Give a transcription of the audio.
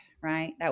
right